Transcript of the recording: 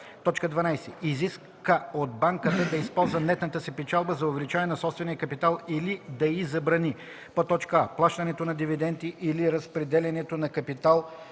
така: „12. изиска от банката да използва нетната си печалба за увеличаване на собствения капитал или да й забрани: а) плащането на дивиденти или разпределянето на капитал